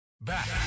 back